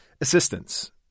assistance